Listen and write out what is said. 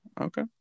okay